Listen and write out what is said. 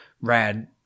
rad